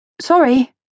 Sorry